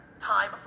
time